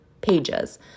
pages